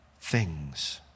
things